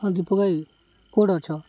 ହଁ ଦୀପକ ଭାଇ କେଉଁଠି ଅଛ